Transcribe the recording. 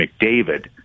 McDavid